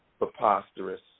preposterous